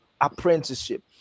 Apprenticeship